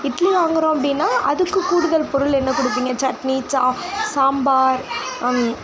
இட்லி வாங்குறோம் அப்படினா அதுக்கு கூடுதல் பொருள் என்ன கொடுப்பீங்க சட்னி சா சாம்பார்